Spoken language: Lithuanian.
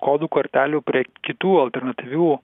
kodų kortelių prie kitų alternatyvių